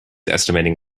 estimating